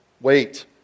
Wait